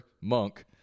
Monk